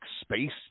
space